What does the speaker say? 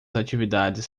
atividades